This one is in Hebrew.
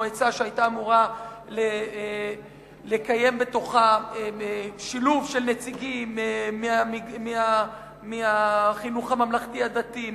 מועצה שהיתה אמורה לקיים בתוכה שילוב של נציגים מהחינוך הממלכתי-הדתי,